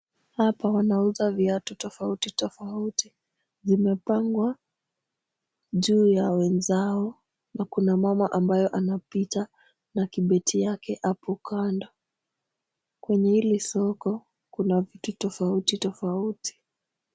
Hapa wanauza viatu tofauti tofauti. Zimepangwa juu ya wenzao na kuna mama ambayo anapita na kibeti yake hapo kando. Kwenye hili soko kuna vitu tofauti tofauti.